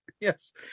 Yes